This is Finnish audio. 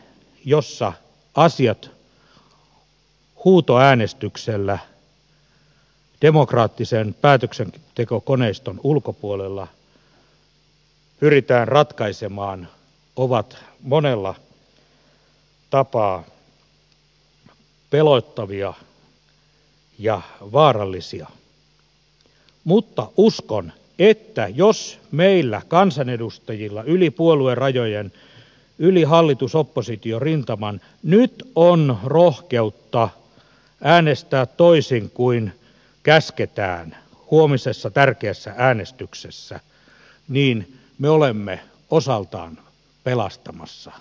tilanteet joissa asiat huutoäänestyksellä demokraattisen päätöksentekokoneiston ulkopuolella pyritään ratkaisemaan ovat monella tapaa pelottavia ja vaarallisia mutta uskon että jos meillä kansanedustajilla yli puoluerajojen yli hallitusoppositio rintaman nyt on rohkeutta äänestää toisin kuin käsketään huomisessa tärkeässä äänestyksessä niin me olemme osaltamme pelastamassa demokratiaa